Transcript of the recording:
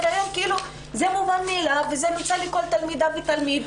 היום כאילו זה מובן מאליו וזה נמצא לכל תלמידה ותלמיד.